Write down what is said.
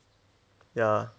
ya